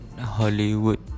Hollywood